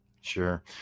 Sure